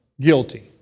guilty